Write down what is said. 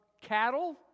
cattle